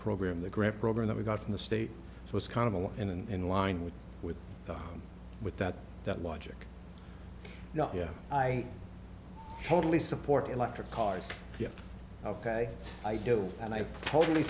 program the grant program that we got from the state so it's kind of a line in line with with with that that logic yeah i totally support electric cars ok i do and i totally